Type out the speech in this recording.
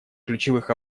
ключевых